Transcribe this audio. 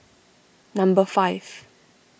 number five